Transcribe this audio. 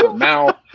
but now,